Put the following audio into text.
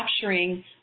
capturing